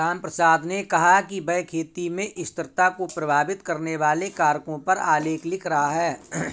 रामप्रसाद ने कहा कि वह खेती में स्थिरता को प्रभावित करने वाले कारकों पर आलेख लिख रहा है